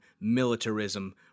militarism